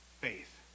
Faith